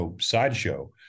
sideshow